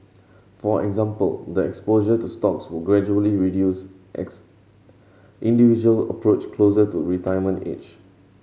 for example the exposure to stocks will gradually reduce individual approach closer to retirement age